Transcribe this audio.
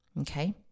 okay